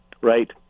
Right